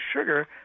sugar